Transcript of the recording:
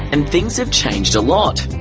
and things have changed a lot.